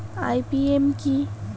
IPM কি?